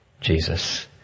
Jesus